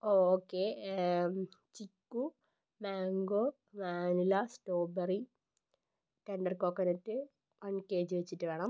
O okay chikoo mango vanilla strawberry tender coconut one K G വച്ചിട്ട് വേണം